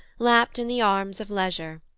lapt in the arms of leisure,